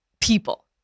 people